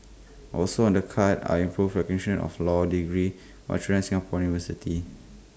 also on the cards are improved recognition of law degrees Australian Singaporean universities